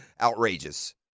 outrageous